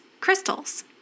crystals